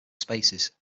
spaces